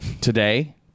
Today